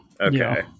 Okay